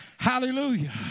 Hallelujah